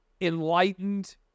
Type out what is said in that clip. enlightened